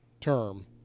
term